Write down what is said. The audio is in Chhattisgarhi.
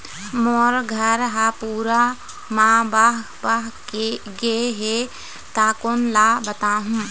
मोर घर हा पूरा मा बह बह गे हे हे ता कोन ला बताहुं?